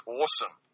awesome